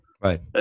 right